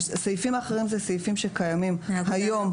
הסעיפים האחרים זה סעיפים שקיימים היום.